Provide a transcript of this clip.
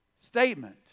statement